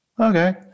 Okay